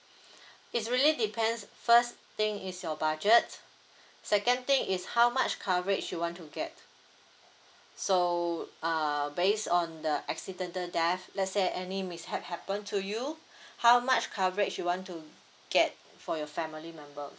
it's really depends first thing is your budget second thing is how much coverage you want to get so err based on the accidental death let's say any mishap happen to you how much coverage you want to get for your family member